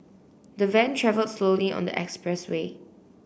the van travelled slowly on the expressway